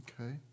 Okay